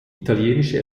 italienische